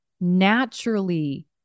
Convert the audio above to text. naturally